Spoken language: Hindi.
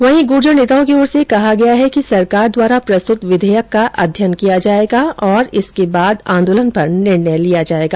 वहीं गुर्जर नेताओं की ओर से कहा गया है कि सरकार द्वारा प्रस्तुत विधेयक का अध्ययन किया जायेगा और इसके बाद आन्दोलन पर निर्णय लिया जायेगा